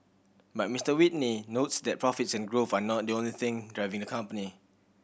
but Mister Whitney notes that profits and growth are not the only thing driving the company